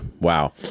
Wow